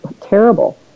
terrible